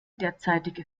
derzeitige